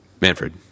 Manfred